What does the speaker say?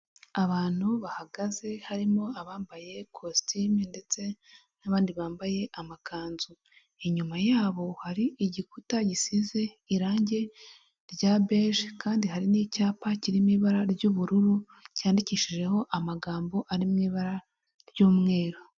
Abantu bahagaze harimo abambaye kositimu ndetse n'abandi bambaye amakanzu, inyuma yabo hari igikuta gisize irange rya beje kandi hari n'icyapa kirimo ibara ry'ubururu cyandikishijeho amagambo ari mu ibara ry'umweru.